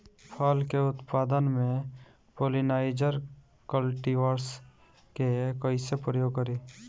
फल के उत्पादन मे पॉलिनाइजर कल्टीवर्स के कइसे प्रयोग करी?